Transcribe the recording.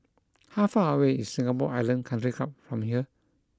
how far away is Singapore Island Country Club from here